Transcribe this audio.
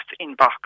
inbox